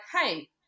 hey